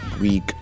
week